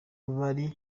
bari